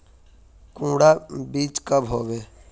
कुंडा बीज कब होबे?